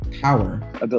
power